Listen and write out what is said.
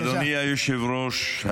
אדוני היושב-ראש,